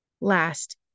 Last